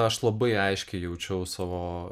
aš labai aiškiai jaučiau savo